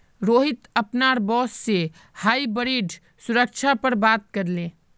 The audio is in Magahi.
रोहित अपनार बॉस से हाइब्रिड सुरक्षा पर बात करले